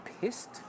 pissed